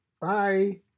Bye